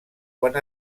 quan